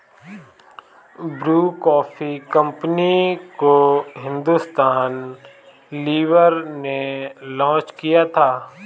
Bru coffee company को Hindustan Lever ने launch किया था